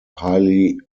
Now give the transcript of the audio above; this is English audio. highly